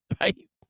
right